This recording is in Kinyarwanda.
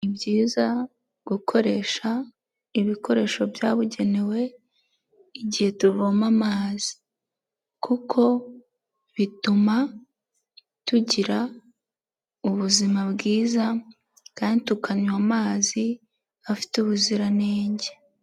Ni byiza gukoresha ibikoresho byabugenewe igihe tuvoma amazi kuko bituma tugira ubuzima bwiza kandi tukanywa amazi afite ubuziranenge.